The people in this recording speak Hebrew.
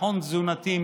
ביטחון תזונתי,